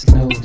no